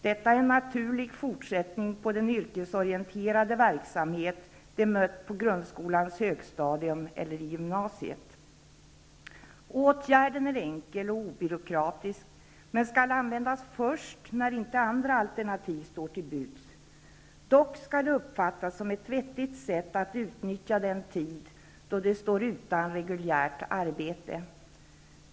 Detta är en naturlig fortsättning på den yrkesorienterande verksamhet de mött på grundskolans högstadium eller i gymnasiet. Åtgärden är enkel och obyråkratisk men skall användas först när inte andra alternativ står till buds. Det skall dock uppfattas som ett vettigt sätt att utnyttja den tid då de står utan reguljärt arbete.